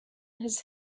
his